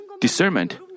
discernment